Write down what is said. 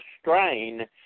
strain